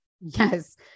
Yes